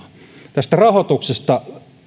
tästä rahoituksesta